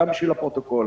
גם בשביל הפרוטוקול.